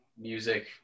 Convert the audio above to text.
music